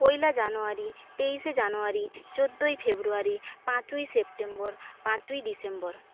পয়লা January তেইশে January চোদ্দোই February পাঁচই সেপ্টেম্বর পাঁচই ডিসেম্বর